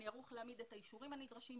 אני ערוך להעמיד את האישורים הנדרשים,